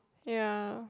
ya